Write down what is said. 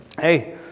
hey